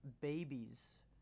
babies